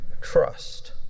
trust